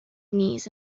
knees